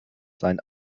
sein